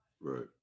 right